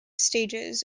stages